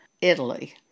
Italy